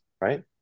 Right